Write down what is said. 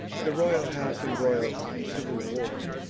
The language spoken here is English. the royal house embroil'd in civil war,